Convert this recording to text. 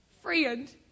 friend